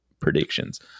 predictions